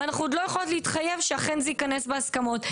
ואנחנו עוד לא יכולות להתחייב שאכן זה ייכנס בהסכמות,